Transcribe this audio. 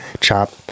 chop